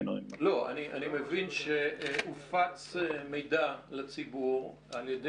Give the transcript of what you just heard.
אני מבין שהופץ מידע לציבור על ידי